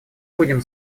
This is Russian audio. будем